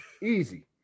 Easy